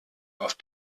auf